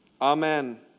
Amen